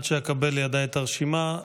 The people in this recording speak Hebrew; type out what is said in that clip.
עד שאקבל לידיי את הרשימה,